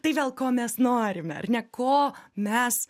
tai vėl ko mes norime ar ne ko mes